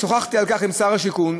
שוחחתי על כך עם שר הבינוי והשיכון,